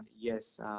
Yes